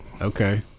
okay